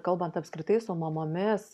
kalbant apskritai su mamomis